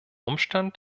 umstand